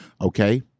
Okay